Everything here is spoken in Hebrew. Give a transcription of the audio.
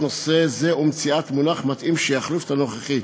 נושא זה ומציאת מונח מתאים שיחליף את הנוכחי.